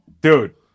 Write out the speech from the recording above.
dude